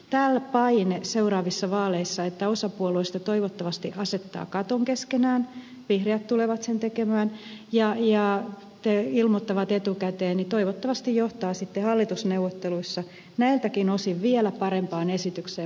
tämä paine seuraavissa vaaleissa että osa puolueista toivottavasti asettaa katon keskenään vihreät tulevat sen tekemään ja ilmoittavat etukäteen toivottavasti johtaa sitten hallitusneuvotteluissa näiltäkin osin vielä parempaan esitykseen